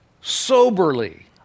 soberly